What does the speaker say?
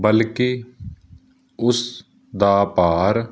ਬਲਕਿ ਉਸ ਦਾ ਭਾਰ